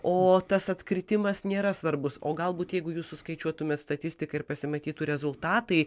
o tas atkritimas nėra svarbus o galbūt jeigu jūs suskaičiuotumėt statistiką ir pasimatytų rezultatai